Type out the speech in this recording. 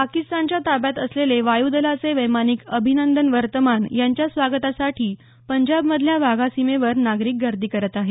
पाकिस्तानच्या ताब्यात असलेले वायूदलाचे वैमानिक अभिनंदन वर्तमान यांच्या स्वागतासाठी पंजाबमधल्या वाघा सीमेवर नागरिक गर्दी करत आहेत